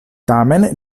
tamen